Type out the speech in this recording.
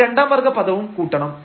ഈ രണ്ടാം വർഗ്ഗ പദവും കൂട്ടണം